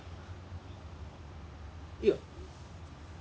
!eeyer!